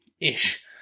ish